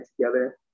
together